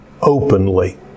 openly